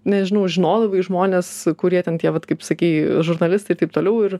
nežinau žinodavai žmones kurie ten tie vat kaip sakei žurnalistai ir taip toliau ir